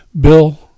Bill